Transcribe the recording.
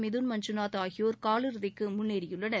மிதுன் மஞ்சுநாத் ஆகியோர் காலிறுதிக்கு முன்னேறியுள்ளனர்